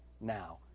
now